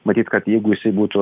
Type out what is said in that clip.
matyt kad jeigu jisai būtų